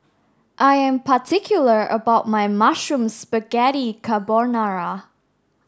I am particular about my mushroom spaghetti carbonara